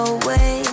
away